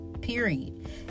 Period